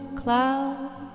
cloud